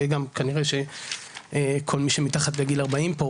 וגם כנראה שכל מי שמתחת לגיל 40 פה,